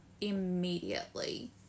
immediately